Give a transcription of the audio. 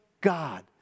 God